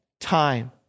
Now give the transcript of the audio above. time